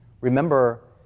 Remember